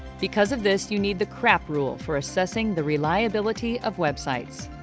because of this you need the craap rule for assessing the reliability of websites.